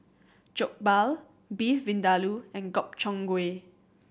Jokbal Beef Vindaloo and Gobchang Gui